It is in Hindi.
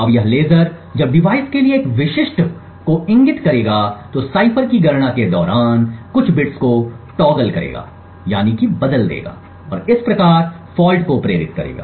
अब यह लेज़र जब डिवाइस के लिए एक विशिष्ट को इंगित करता है तो साइफर की गणना के दौरान कुछ बिट्स को टॉगल करेगा और इस प्रकार फॉल्ट को प्रेरित करेगा